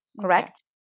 correct